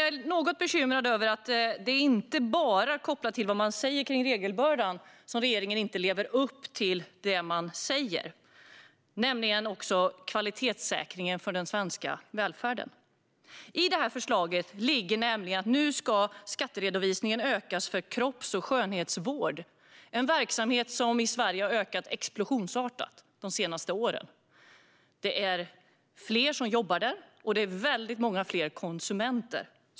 Jag är något bekymrad över att det inte bara när det gäller vad man säger om regelbördan som regeringen inte lever upp till det man säger, utan det gäller även kvalitetssäkringen av den svenska välfärden. I förslaget ligger nämligen att skatteredovisningen nu ska öka för kropps och skönhetsvård. Det är en verksamhet som i Sverige har ökat explosionsartat de senaste åren. Fler jobbar där, och det finns många fler konsumenter.